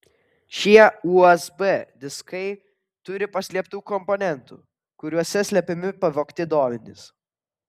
šie usb diskai turi paslėptų komponentų kuriuose slepiami pavogti duomenys